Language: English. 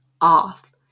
off